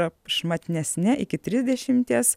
prašmatnesne iki trisdešimties